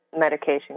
medication